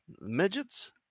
midgets